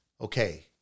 Okay